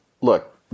look